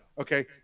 Okay